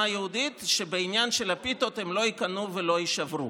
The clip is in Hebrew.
יהודית שבעניין של הפיתות הם לא ייכנעו ולא יישברו.